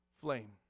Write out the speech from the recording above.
flame